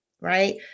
right